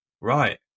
right